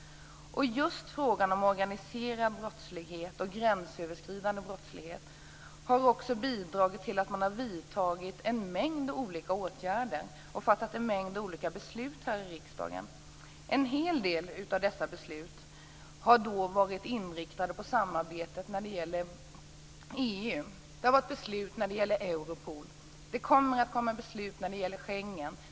Just frågan om organiserad och gränsöverskridande brottslighet har bidragit till att man har vidtagit en mängd olika åtgärder och fattat en mängd olika beslut här i riksdagen. En hel del av dessa beslut har varit inriktade på samarbetet inom EU. Det har fattats beslut när det gäller Europol. Det kommer att fattas beslut när det gäller Schengen.